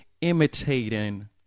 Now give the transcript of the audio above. imitating